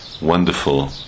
wonderful